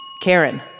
Karen